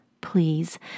Please